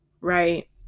right